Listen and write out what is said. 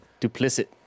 Duplicit